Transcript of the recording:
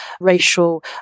racial